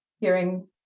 hearing